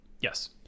yes